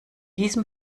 diesem